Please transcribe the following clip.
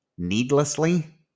Needlessly